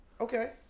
Okay